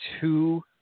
two